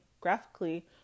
graphically